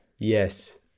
Yes